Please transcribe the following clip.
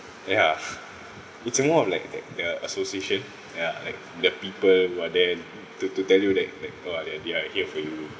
ya it's more of like that the association ya like the people who are there to to tell you that that !whoa! they are they are here for you